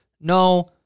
No